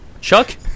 Chuck